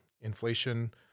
inflation